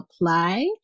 apply